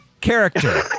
Character